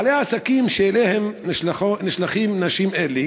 בעלי העסקים שאליהם נשלחות נשים אלה